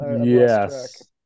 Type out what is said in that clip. Yes